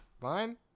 fine